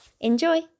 Enjoy